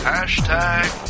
Hashtag